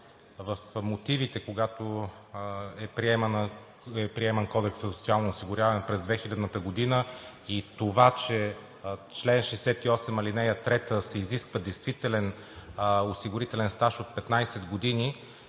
в мотивите, когато е приеман Кодексът за социално осигуряване през 2000 г., и това, че в чл. 68, ал. 3 се изисква действителен осигурителен стаж от 15 години